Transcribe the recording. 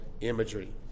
imagery